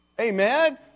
Amen